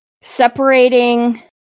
separating